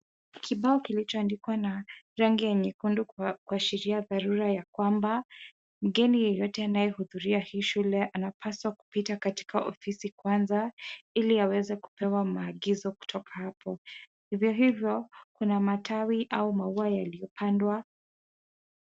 Kibao kilichoandikwa na rangi ya nyekundu kuashiria dharura ya kwamba, mgeni yoyote anayehudhuria hii shule anapaswa kupita katika ofisi kwanza, ili aweze kupewa maagizo kutoka hapo. Hivyohivyo, kuna matawi au maua yaliyopandwa.